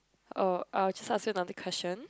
uh I'll just ask you another question